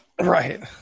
right